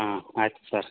ಹಾಂ ಆಯಿತು ಸರ್